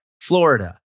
Florida